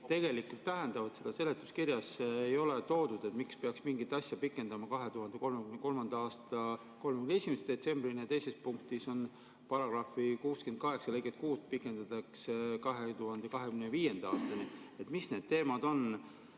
tegelikult tähendavad. Seda seletuskirjas ei ole toodud, miks peaks mingit asja pikendama 2033. aasta 31. detsembrini. Ja teises punktis on, et § 68 lõiget 6 pikendatakse 2025. aastani. Mis need teemad on,